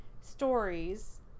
stories